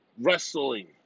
wrestling